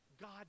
God